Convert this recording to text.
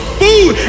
food